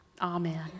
Amen